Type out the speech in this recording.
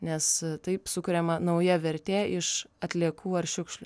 nes taip sukuriama nauja vertė iš atliekų ar šiukšlių